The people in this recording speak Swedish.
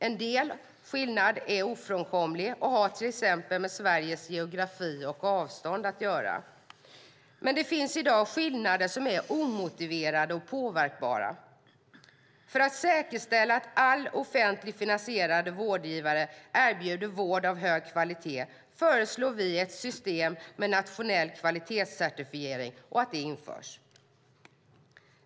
En del skillnader är ofrånkomliga och har till exempel att göra med Sveriges geografi och med avstånd. Men det finns i dag skillnader som är omotiverade och påverkbara. För att säkerställa att alla offentligt finansierade vårdgivare erbjuder vård av hög kvalitet föreslår vi att ett system med nationell kvalitetscertifiering införs.